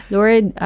Lord